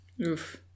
Oof